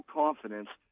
confidence